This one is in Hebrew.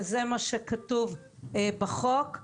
וזה מה שכתוב בחוק.